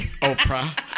Oprah